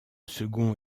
second